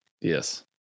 Yes